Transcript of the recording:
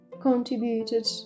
contributed